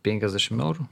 penkiasdešimt eurų